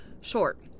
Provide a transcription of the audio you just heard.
short